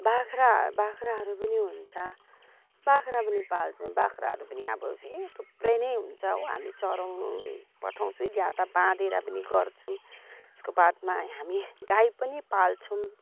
बाख्रा बाख्राहरू पनि हुन्छ बाख्रा पनि पाल्छौँ बाख्राहरू पनि अब ए थुप्रै नै हुन्छ हो हामी चराउनु पठाउँछु या त बाँधेर पनि गर्छौँ त्यसको बादमा हामी गाई पनि पाल्छौँ